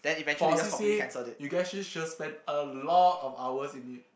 for a C_C_A you guys sure sure spent a lot of hours in it